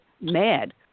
mad